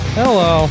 hello